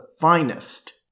finest